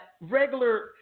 regular